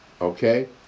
okay